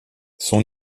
son